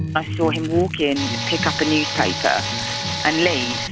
i saw him walk in, pick up a newspaper and leave